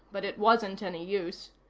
but it wasn't any use.